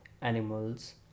animals